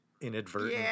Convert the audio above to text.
Inadvertent